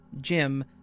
Jim